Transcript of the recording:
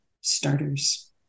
starters